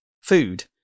food